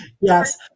Yes